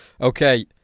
Okay